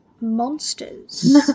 monsters